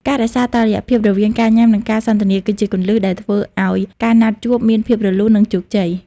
ការរក្សាតុល្យភាពរវាងការញ៉ាំ និងការសន្ទនា គឺជាគន្លឹះដែលធ្វើឱ្យការណាត់ជួបមានភាពរលូន និងជោគជ័យ។